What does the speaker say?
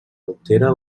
altera